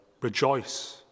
Rejoice